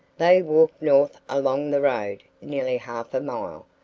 they walked north along the road nearly half a mile,